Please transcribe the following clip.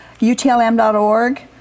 UTLM.org